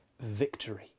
victory